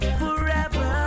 forever